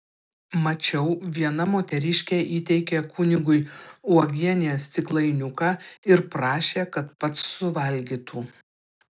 mačiau viena moteriškė įteikė kunigui uogienės stiklainiuką ir prašė kad pats suvalgytų